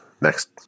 next